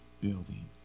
building